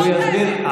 הוא יסביר.